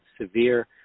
severe